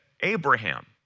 Abraham